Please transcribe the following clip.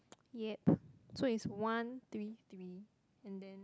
yup so it's one three three and then